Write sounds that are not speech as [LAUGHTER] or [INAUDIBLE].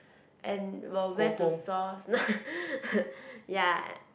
and were where to source [LAUGHS] ya